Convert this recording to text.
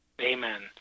Amen